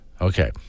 Okay